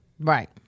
Right